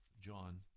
John